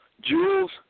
Jules